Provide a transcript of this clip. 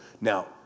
Now